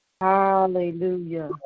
Hallelujah